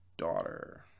Daughter